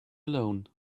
alone